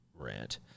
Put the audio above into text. rant